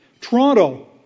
Toronto